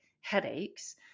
headaches